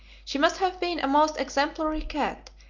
she must have been a most exemplary cat,